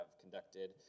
conducted